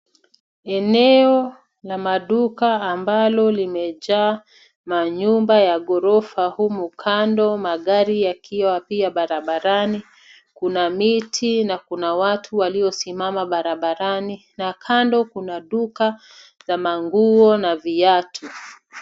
Eneo la maduka ambalo limejaa manyumba ya ghorofa humu kando magari yakiwa pia barabarani. Kuna miti na kuna watu waliosimama barabarani na kando kuna duka za manguo na viatu.